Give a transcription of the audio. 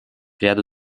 ряду